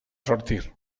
sortir